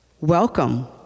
welcome